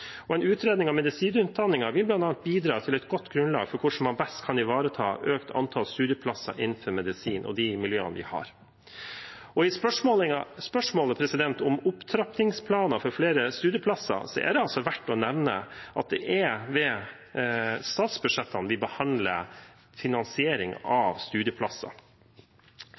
En utredning av medisinutdanningen vil bl.a. bidra til et godt grunnlag for hvordan man best kan ivareta økt antall studieplasser innenfor medisin og de miljøene vi har. I spørsmålet om opptrappingsplaner for flere studieplasser er det verdt å nevne at det er i statsbudsjettene vi behandler finansiering av studieplasser.